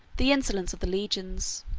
the insolence of the legions.